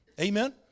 Amen